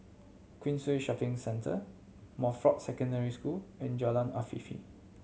Queensway Shopping Centre Montfort Secondary School and Jalan Afifi